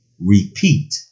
Repeat